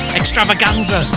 extravaganza